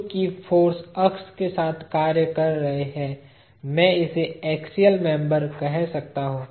चूंकि फाॅर्स अक्ष के साथ कार्य कर रहे है मैं इसे एक्सियल मेंबर कह सकता हूं